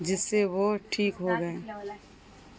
جس سے وہ ٹھیک ہوگئے